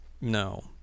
No